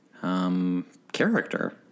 character